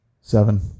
Seven